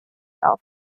auf